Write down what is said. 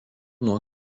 nuo